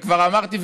וכבר אמרתי,